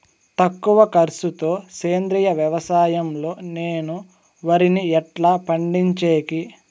తక్కువ ఖర్చు తో సేంద్రియ వ్యవసాయం లో నేను వరిని ఎట్లా పండించేకి?